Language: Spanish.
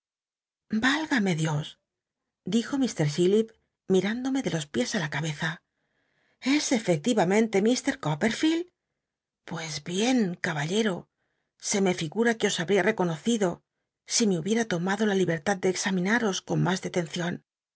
válgamc dios dijo mr chillip mir ándome de los piés i la cabc es ercctiyamentc h coppcrfield pues bien caballero se me figura que os habria reconocido si me hubiera lomado la libertad de examinaros con mas